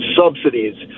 subsidies